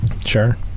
Sure